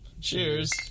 cheers